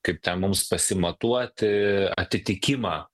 kaip ten mums pasimatuoti atitikimą